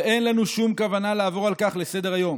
ואין לנו שום כוונה לעבור על כך לסדר-היום.